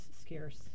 scarce